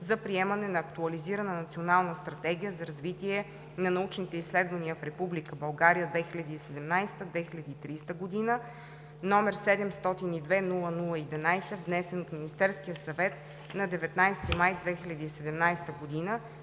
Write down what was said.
за приемане на актуализирана Национална стратегия за развитие на научните изследвания в Република България 2017 – 2030 г., № 702-00-11, внесено от Министерския съвет на 19 май 2017 г.,